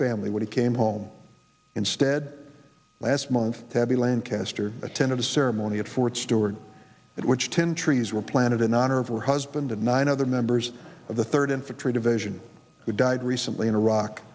family when he came home instead last month tabby lancaster attended a ceremony at fort stewart at which ten trees were planted in honor of her husband and nine other members of the third infantry division who died recently in iraq